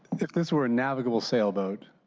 if this were a navigable sailboat